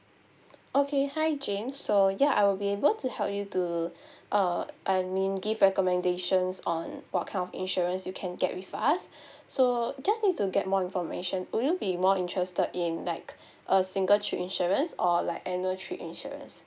okay hi james so ya I will be able to help you to uh I mean give recommendations on what kind of insurance you can get with us so just need to get more information would you be more interested in like a single trip insurance or like annual trip insurance